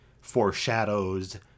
foreshadows